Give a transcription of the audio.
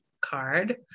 card